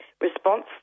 response